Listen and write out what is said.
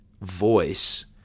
voice